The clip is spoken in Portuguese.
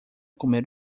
comer